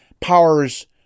powers